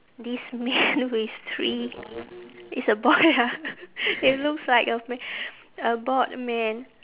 this man with three it's a boy ah it looks like a m~ a bald man